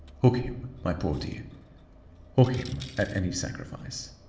hook him, my poor dear hook him at any sacrifice.